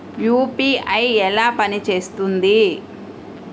UPI ఎలా పనిచేస్తుంది?